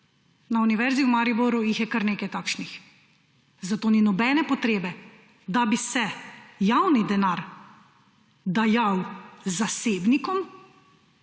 Na Univerzi v Mariboru je kar nekaj takšnih. Zato ni nobene potrebe, da bi se javni denar dajal zasebnikom,